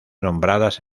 nombradas